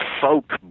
folk